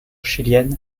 chilienne